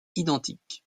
identiques